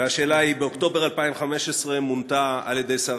והשאלה היא: באוקטובר 2015 מונתה על-ידי שר